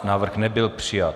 Návrh nebyl přijat.